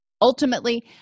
ultimately